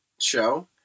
show